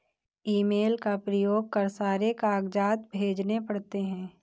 email का प्रयोग कर सारे कागजात भेजने पड़ते हैं